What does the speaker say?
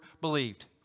believed